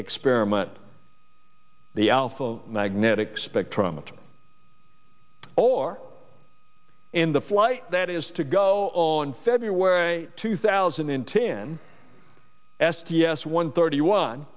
experiment the alpha magnetic spectrometer or in the flight that is to go all in february two thousand and ten s t s one thirty one